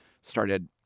started